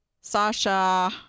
Sasha